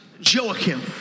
Joachim